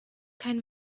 kein